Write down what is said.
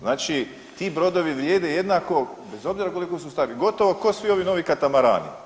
Znači ti brodovi vrijede jednako bez obzira koliko su stari, gotovo ko svi ovi novi katamarani.